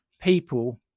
people